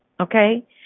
okay